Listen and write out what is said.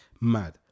mad